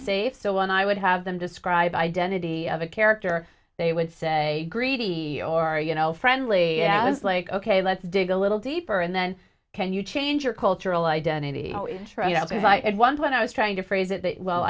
safe so when i would have them describe identity of a character they would say greedy or you know friendly it's like ok let's dig a little deeper and then can you change your cultural identity you know because i had one when i was trying to phrase it that well